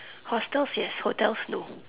hostels yes hotels no